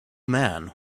man